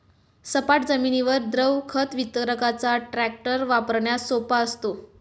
सपाट जमिनीवर द्रव खत वितरकाचा टँकर वापरण्यास सोपा असतो